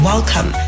Welcome